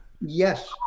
Yes